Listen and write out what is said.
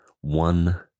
one